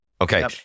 Okay